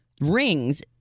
rings